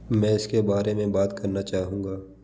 मैं इसके बारे में बात करना चाहूँगा